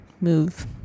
move